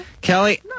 Kelly